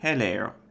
Hello